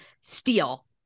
steal